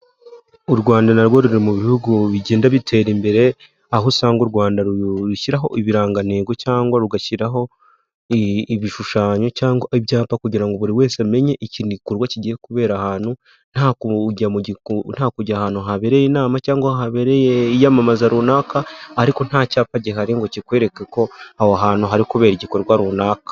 U Rwanda narwo ruri mu bihugu bigenda bitera imbere, aho usanga u Rwanda rushyiraho ibirangantego cyangwa rugashyiraho ibishushanyo cyangwa ibyapa kugira ngo buri wese amenye iki gikorwa kigiye kubera ahantu, nta kujya ahantu habereye inama cyangwa habereye iyamamaza runaka, ariko nta cyapa gihari ngo kikwereke ko aho hantu hari kubera igikorwa runaka.